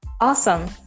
Awesome